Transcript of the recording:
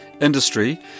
industry